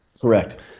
Correct